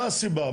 מה הסיבה,